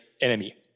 enemy